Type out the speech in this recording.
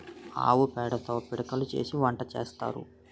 ఆవు పేడతో పిడకలు చేసి వంట సేత్తారు